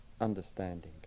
understanding